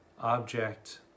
object